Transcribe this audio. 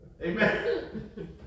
Amen